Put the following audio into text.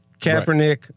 Kaepernick